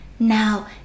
Now